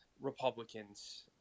republicans